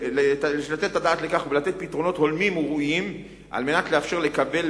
ולתת פתרונות הולמים וראויים על מנת לאפשר לקבל